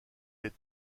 est